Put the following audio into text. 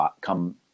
come